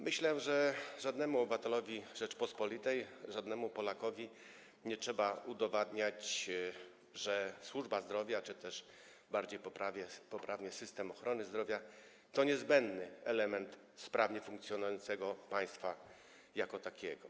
Myślę, że żadnemu obywatelowi Rzeczypospolitej, żadnemu Polakowi nie trzeba udowodniać, że służba zdrowia czy też, bardziej poprawnie, system ochrony zdrowia to niezbędny element sprawnie funkcjonującego państwa jako takiego.